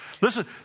Listen